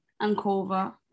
Ankova